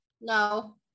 No